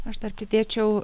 aš dar pridėčiau